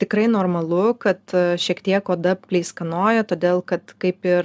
tikrai normalu kad šiek tiek oda pleiskanoja todėl kad kaip ir